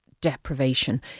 deprivation